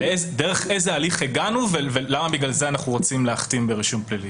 באיזה הליך הגענו ולמה בגלל זה אנחנו רוצים להכתים באישום פלילי.